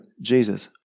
Jesus